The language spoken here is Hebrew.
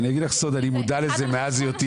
אני אגיד לך סוד אני מודע לזה מאז היותי